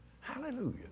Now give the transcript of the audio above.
Hallelujah